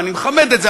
ואני מכמת את זה,